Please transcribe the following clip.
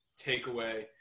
takeaway